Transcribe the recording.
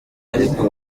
ariko